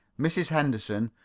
mrs. henderson,